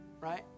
right